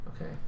Okay